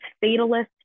fatalist